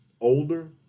older